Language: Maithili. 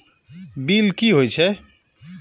बील की हौए छै?